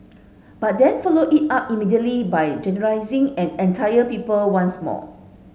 but then followed it up immediately by generalising an entire people once more